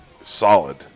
solid